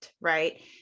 right